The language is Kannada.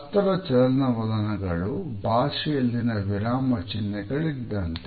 ಹಸ್ತದ ಚಲನವಲನಗಳು ಭಾಷೆಯಲ್ಲಿನ ವಿರಾಮ ಚಿಹ್ನೆ ಗಳಿದ್ದಂತೆ